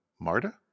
Marta